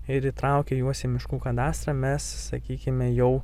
ir įtraukę juos į miškų kadastrą mes sakykime jau